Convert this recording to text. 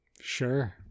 Sure